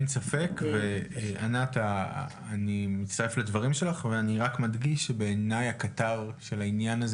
אני רק מדגיש שבעיניי הקטר של העניין הזה